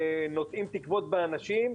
נוטעים תקווה באנשים,